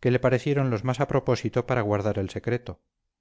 que le parecieron los más a propósito para guardar el secreto